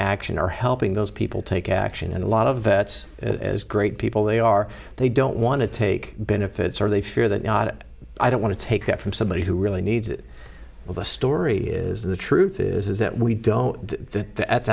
action or helping those people take action and a lot of vets as great people they are they don't want to take benefits or they fear that i don't want to take that from somebody who really needs it all the story is the truth is that we don't th